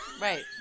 Right